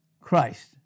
Christ